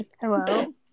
Hello